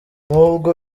nubwo